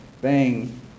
bang